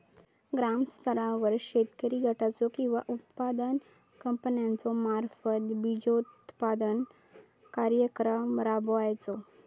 ग्रामस्तरावर शेतकरी गटाचो किंवा उत्पादक कंपन्याचो मार्फत बिजोत्पादन कार्यक्रम राबायचो?